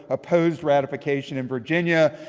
opposed ratification in virginia.